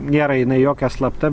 nėra jinai jokia slapta